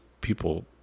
people